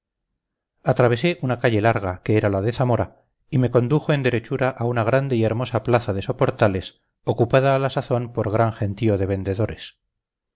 atravesé una calle larga que era la de zamora y me condujo en derechura a una grande y hermosa plaza de soportales ocupada a la sazón por gran gentío de vendedores